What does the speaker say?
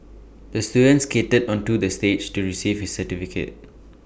the student skated onto the stage to receive his certificate